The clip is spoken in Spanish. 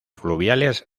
fluviales